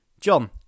John